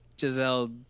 Giselle